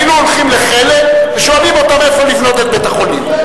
היינו הולכים לחלם ושואלים אותם איפה לבנות את בית-החולים.